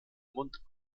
mundart